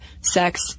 sex